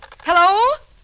Hello